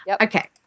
Okay